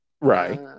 Right